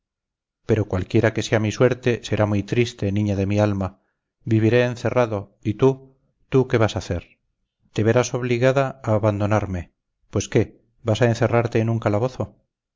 pero cualquiera que sea mi suerte será muy triste niña de mi alma viviré encerrado y tú tú qué vas a hacer te verás obligada a abandonarme pues qué vas a encerrarte en un calabozo